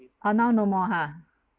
uh now no more ha